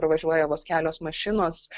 pravažiuoja vos kelios mašinos